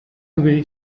away